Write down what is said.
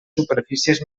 superfícies